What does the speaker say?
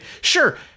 Sure